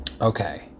Okay